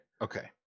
Okay